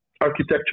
architecture